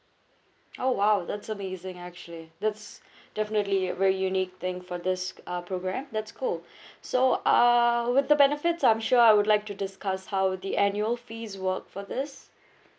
oh !wow! that's amazing actually that's definitely a very unique thing for this uh program that's cool so uh with the benefits I'm sure I would like to discuss how the annual fees work for this